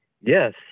yes